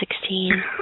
Sixteen